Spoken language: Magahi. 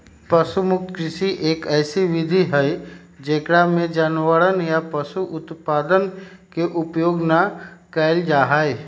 पशु मुक्त कृषि, एक ऐसी विधि हई जेकरा में जानवरवन या पशु उत्पादन के उपयोग ना कइल जाहई